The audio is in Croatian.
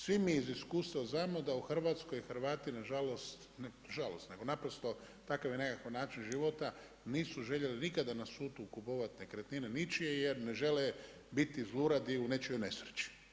Svi mi iz iskustva znamo da u Hrvatskoj Hrvati na žalost, ne na žalost nego naprosto takav je nekakav način života, nisu željeli nikada na … kupovat nekretnine ničije jer ne žele biti zluradi u nečijoj nesreći.